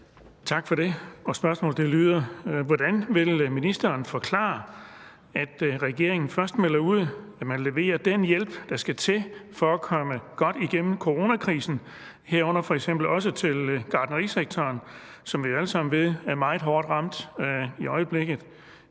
Tak for det. Og spørgsmålet lyder: Hvordan vil ministeren forklare, at regeringen først melder ud, at man vil levere den hjælp, der skal til for at komme godt gennem coronakrisen, herunder f.eks. også til gartnerisektoren, som vi alle sammen ved er meget hårdt ramt i øjeblikket,